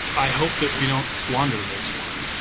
i hope that we don't squander this one